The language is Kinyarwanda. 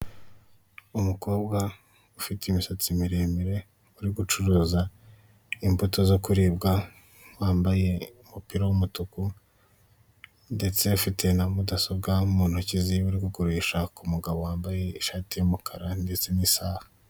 Umukobwa ufite imisatsi miremire, uri gucuruza imbuto zo kuribwa, wambaye umupira w'umutuku ndetse ufite na mudasobwa mu ntoki ze, uri kugurisha ku mugabo wambaye ishati y'umukara ndetse n'isaha.